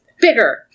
bigger